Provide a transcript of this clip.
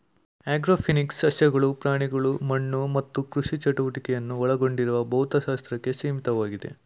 agrophysics ಸಸ್ಯಗಳು ಪ್ರಾಣಿಗಳು ಮಣ್ಣು ಮತ್ತು ಕೃಷಿ ಚಟುವಟಿಕೆಯನ್ನು ಒಳಗೊಂಡಿರುವ ಭೌತಶಾಸ್ತ್ರಕ್ಕೆ ಸೀಮಿತವಾಗಿದೆ